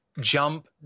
jump